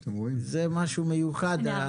זה משהו מיוחד.